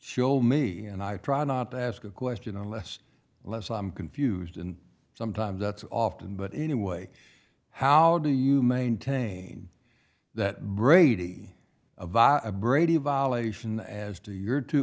show me and i try not to ask a question unless unless i'm confused and sometimes that's often but anyway how do you maintain that brady of a brady violation as to your t